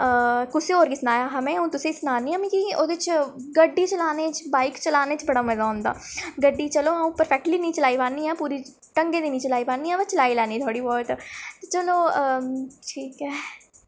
कुसै होर गी सनाया हा में हून तुसें सनान्नी मिकी ओह्दे च गड्डी चलाने च बाइक चलाने च बड़ा मजा औंदा गड्डी चलो अ'ऊं परफैक्टली निं चलाई पान्नी ऐ पूरी ढंगे दी निं चलाई पान्नी ऐ वा चलाई लैन्नी थोह्ड़ी बहुत चलो ठीक ऐ